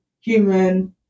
human